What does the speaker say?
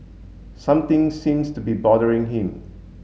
something seems to be bothering him